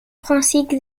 francis